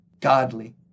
godly